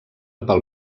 pel